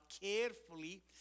carefully